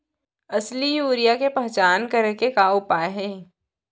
असली यूरिया के पहचान करे के का उपाय हे?